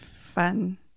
fun